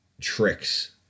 tricks